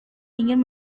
ingin